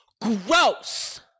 Gross